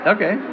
Okay